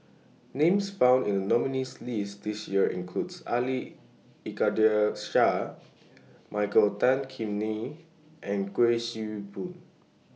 Names found in The nominees' list This Year include Ali Iskandar Shah Michael Tan Kim Nei and Kuik Swee Boon